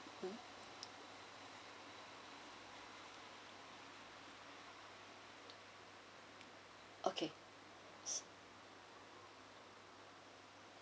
okay